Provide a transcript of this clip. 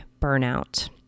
burnout